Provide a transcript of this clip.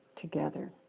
together